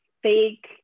fake